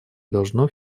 должно